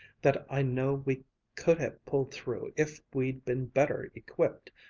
that i know we could have pulled through if we'd been better equipped!